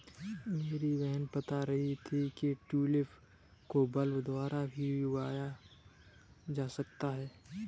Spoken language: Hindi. मेरी बहन बता रही थी कि ट्यूलिप को बल्ब द्वारा भी उगाया जा सकता है